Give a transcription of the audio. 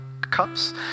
cups